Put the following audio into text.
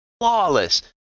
flawless